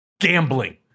gambling